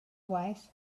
waith